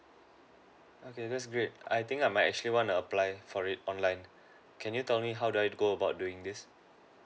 okay that's great I think I might actually wanna apply for it online can you tell me how do I go about doing this